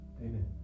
Amen